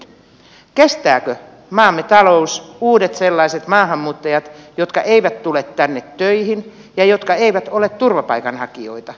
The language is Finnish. arvoisat ministerit kestääkö maamme talous uudet sellaiset maahanmuuttajat jotka eivät tule tänne töihin ja jotka eivät ole turvapaikanhakijoita